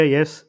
Yes